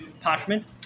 parchment